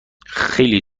خیلی